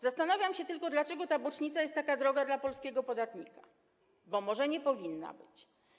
Zastanawiam się tylko, dlaczego ta bocznica jest taka droga dla polskiego podatnika, bo może nie powinna być.